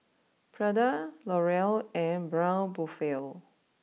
Prada L'Oreal and Braun Buffel